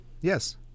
yes